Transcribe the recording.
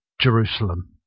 Jerusalem